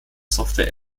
software